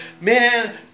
man